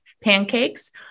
pancakes